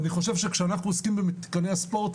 אני חושב שכשאנחנו עוסקים במתקני הספורט,